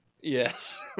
Yes